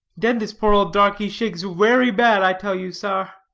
den dis poor old darkie shakes werry bad, i tell you, sar.